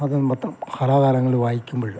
അത് മൊത്തം കാലാകാലങ്ങൾ വായിക്കുമ്പോൾ